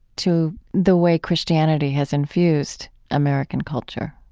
to the way christianity has infused american culture?